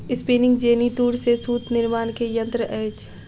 spinning jenny तूर से सूत निर्माण के यंत्र अछि